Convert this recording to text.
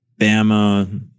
Bama